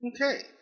Okay